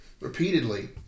Repeatedly